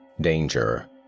Danger